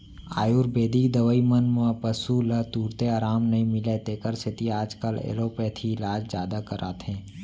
आयुरबेदिक दवई मन म पसु ल तुरते अराम नई मिलय तेकर सेती आजकाल एलोपैथी इलाज जादा कराथें